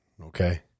Okay